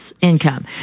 income